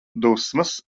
dusmas